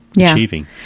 achieving